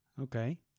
Okay